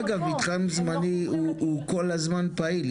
אגב מתחם זמני הוא כל הזמן פעיל.